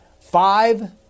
five